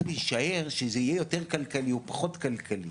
להישאר שזה יהיה יותר כלכלי או פחות כלכלי,